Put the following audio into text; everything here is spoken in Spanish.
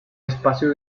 espacio